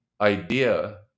idea